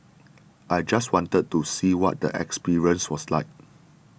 I just wanted to see what the experience was like